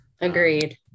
agreed